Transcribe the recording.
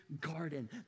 garden